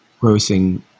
grossing